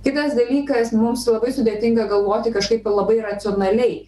kitas dalykas mums labai sudėtinga galvoti kažkaip labai racionaliai